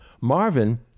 Marvin